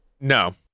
No